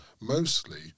mostly